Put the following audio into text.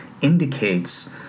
indicates